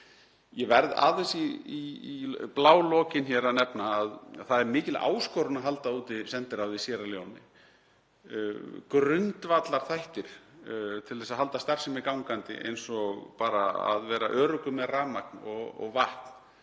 Ég verð aðeins í blálokin að nefna að það er mikil áskorun að halda úti sendiráði í Síerra Leóne. Grundvallarþættir til að halda starfsemi gangandi, eins og bara að vera öruggur með rafmagn og vatn